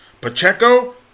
Pacheco